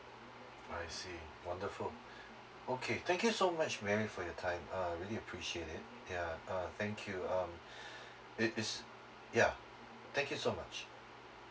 I see wonderful okay thank you so much mary for your time uh really appreciate it ya uh thank you um it is yeah thank you so much